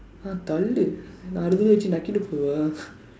!huh! தள்ளு என்னா அருகில்ல வச்சு நக்கிட்டு போவா:thallu ennaa arukilla vachsu nakkitdu poovaa